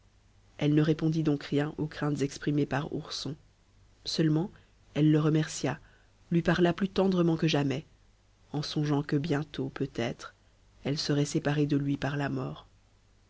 elle ne répondit donc rien aux craintes exprimées par ourson seulement elle le remercia lui parla plus tendrement que jamais en songeant que bientôt peut-être elle serait séparée de lui par la mort